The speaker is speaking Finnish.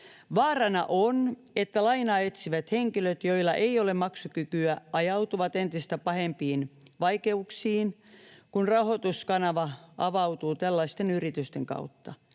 Vaarana on, että lainaa etsivät henkilöt, joilla ei ole maksukykyä, ajautuvat entistä pahempiin vaikeuksiin, kun rahoituskanava avautuu tällaisten yritysten kautta.